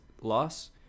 loss